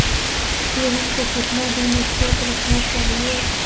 गेंहू को कितना दिन स्टोक रखना चाइए?